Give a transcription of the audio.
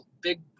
big